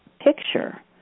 picture